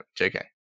JK